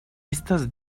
estas